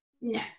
No